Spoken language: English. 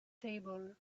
table